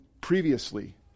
previously